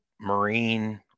marine